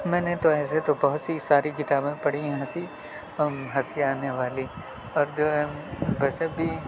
میں نے تو ایسے تو بہت سی ساری کتابیں پڑھی ہیں ہنسی ہنسی آنے والی اور جو ہے ویسے بھی